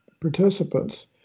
participants